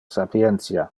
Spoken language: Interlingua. sapientia